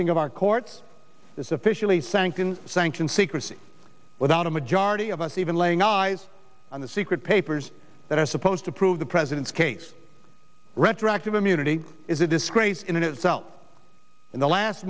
silencing of our courts is officially sanctioned sanctioned secrecy without a majority of us even laying eyes on the secret papers that are supposed to prove the president's case retroactive immunity is a disgrace in itself in the last